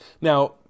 Now